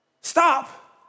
stop